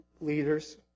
leaders